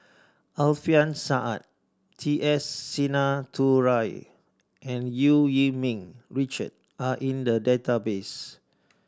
Alfian Sa'at T S Sinnathuray and Eu Yee Ming Richard are in the database